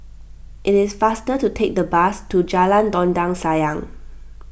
it is faster to take the bus to Jalan Dondang Sayang